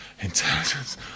intelligence